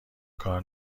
کار